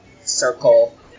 circle